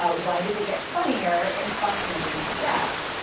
ah why does it get funnier in proximity to death,